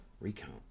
Recount